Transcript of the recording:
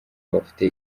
bafite